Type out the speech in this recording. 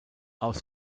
aus